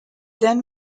then